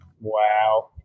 Wow